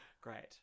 Great